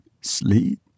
Sleep